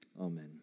Amen